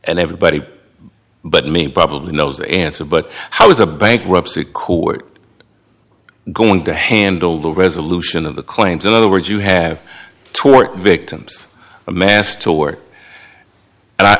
everybody but me probably knows the answer but how is a bankruptcy court going to handle the resolution of the claims of the words you have toward victims i'm asked to work and i